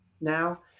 now